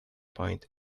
point